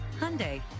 Hyundai